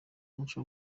umuco